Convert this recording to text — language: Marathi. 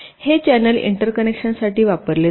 हे चॅनेल एंटरकनेक्शनसाठी वापरले जाते